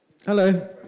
Hello